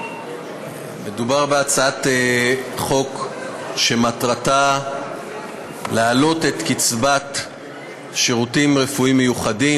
מדובר בהצעת חוק שמטרתה להעלות את קצבת שירותים רפואיים מיוחדים.